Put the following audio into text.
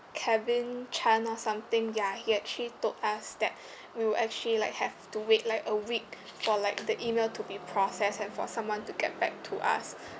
kevin chan or something ya he actually told us that we will actually like have to wait like a week for like the email to be processed and for someone to get back to us